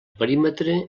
perímetre